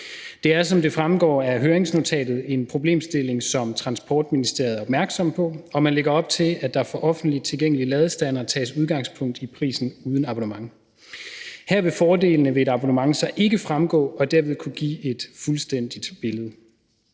Det er, som det fremgår af høringsnotatet, en problemstilling, som Transportministeriet er opmærksom på, og man lægger op til, at der for offentligt tilgængelige ladestandere tages udgangspunkt i prisen uden abonnement. Her vil fordelene ved et abonnement så ikke fremgå i forhold til at kunne give et fuldstændigt billede.